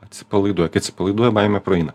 atsipalaiduoja kai atsipalaiduoja baimė praeina